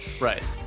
Right